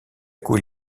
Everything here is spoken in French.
coup